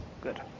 Good